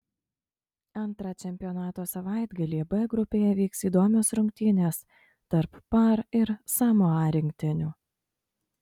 antrą čempionato savaitgalį b grupėje vyks įdomios rungtynės tarp par ir samoa rinktinių